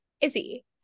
Izzy